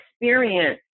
experience